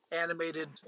animated